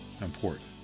important